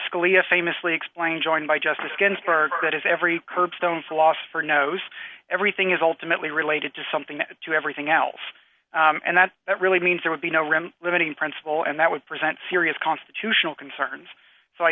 scalia famously explained joined by justice ginsburg that is every curbstone philosopher knows everything is ultimately related to something to everything else and that that really means there would be no room limiting principle and that would present serious constitutional concerns so i